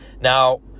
Now